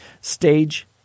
stage